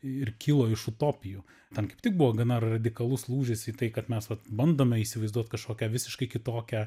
ir kilo iš utopijų ten kaip tik buvo gana radikalus lūžis į tai kad mes bandome įsivaizduot kažkokią visiškai kitokią